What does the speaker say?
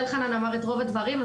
אלחנן אמר את רוב הדברים,